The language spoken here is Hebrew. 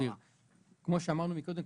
כמו שאמרנו קודם,